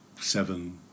seven